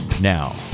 now